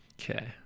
Okay